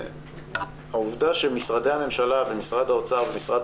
העובדה שמשרדי הממשלה ומשרד האוצר ומשרד